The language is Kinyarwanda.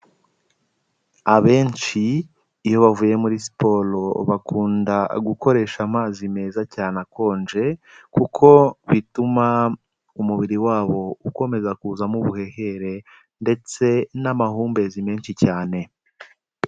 Abenshi iyo bavuye muri siporo bakunda gukoresha amazi meza cyane akonje kuko bituma umubiri wabo ukomeza kuzamo ubuhehere ndetse n'amahumbezi menshi cyane.